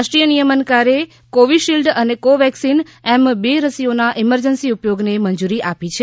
રાષ્ટ્રીય નિયમનકારે કોવિશીલ્ડ અને કોવેક્સીન એમ બે રસીઓના ઇમરજન્સી ઉપયોગને મંજુરી આપી છે